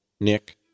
Nick